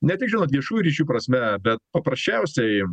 ne tik žinot viešųjų ryšių prasme bet paprasčiausiai